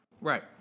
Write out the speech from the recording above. Right